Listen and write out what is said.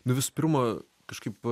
nu visu pirma kažkaip